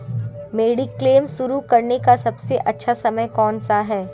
Mediclaim शुरू करने का सबसे अच्छा समय कौनसा है?